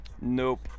Nope